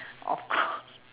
of cour~